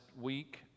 week